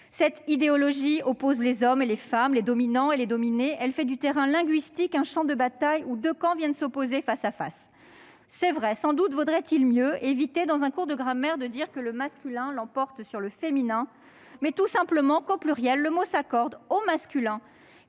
Cette idéologie oppose les hommes et les femmes, les dominants et les dominés. Elle fait du terrain linguistique un champ de bataille où deux camps combattent face à face. Sans doute vaudrait-il mieux éviter dans un cours de grammaire de dire que « le masculin l'emporte sur le féminin ». En revanche, on peut tout simplement dire qu'au pluriel le mot s'accorde au masculin,